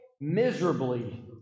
miserably